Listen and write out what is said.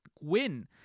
win